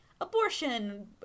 abortion